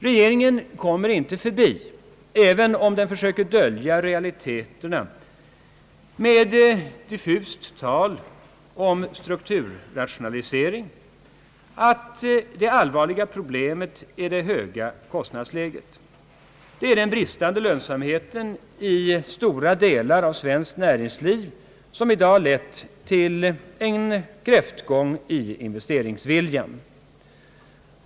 Regeringen kommer inte förbi — även om den försöker dölja realiteterna med diffust tal om strukturrationalisering — att det allvarliga problemet är det höga kostnadsläget. Det är den bristande lönsamheten i stora delar av svenskt näringsliv som i dag lett till en kräftgång i investeringsviljan.